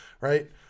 right